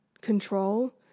control